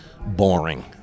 boring